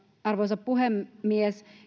arvoisa puhemies